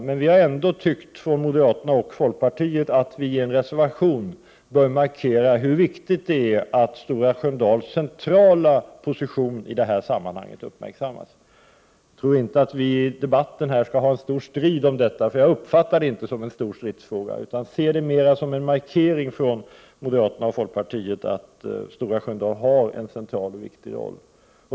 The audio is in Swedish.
Men vi har ändå från moderaterna och folkpartiet tyckt att vi i en reservation bör markera hur viktigt det är att Stora Sköndals centrala position i det här sammanhanget uppmärksammas. Jag tror inte att vi skall ha en stor strid om detta i debatten. Jag uppfattar inte detta som en stridsfråga, utan jag ser det mera som en markering från moderaterna och folkpartiet att Stora Sköndal har en central och viktig roll.